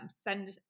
send